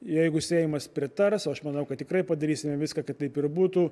jeigu seimas pritars aš manau kad tikrai padarysime viską kad taip ir būtų